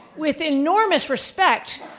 with enormous respect,